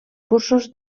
cursos